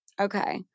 Okay